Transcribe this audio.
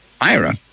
IRA